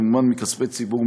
הממומן מכספי ציבור,